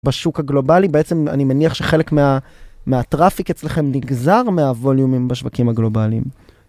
בשוק הגלובלי, בעצם אני מניח שחלק מהטראפיק אצלכם נגזר מהווליומים בשווקים הגלובליים.